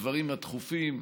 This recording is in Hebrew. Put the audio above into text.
הדברים הדחופים,